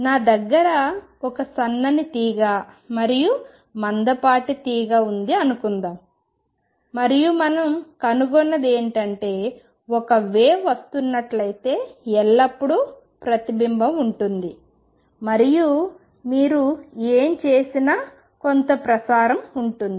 నా దగ్గర ఒక సన్నని తీగ మరియు మందపాటి తీగ ఉంది అని అనుకుందాం మరియు మనం కనుగొన్నది ఏమిటంటే ఒక వేవ్ వస్తున్నట్లయితే ఎల్లప్పుడూ ప్రతిబింబం ఉంటుంది మరియు మీరు ఏమి చేసినా కొంత ప్రసారం ఉంటుంది